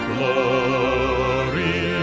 Glory